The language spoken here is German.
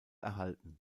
erhalten